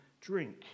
drink